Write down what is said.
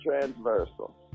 transversal